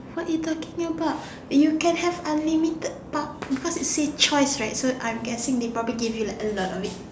what you talking about you can have unlimited part because it said choice right so I'm guessing they'll probably give you like a lot of it